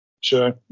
Sure